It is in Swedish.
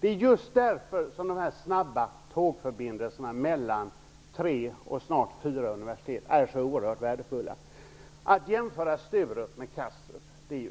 Det är just därför som de snabba tågförbindelserna mellan tre, snart fyra, universitet är så oerhört värdefulla. Att jämföra Sturup med Kastrup är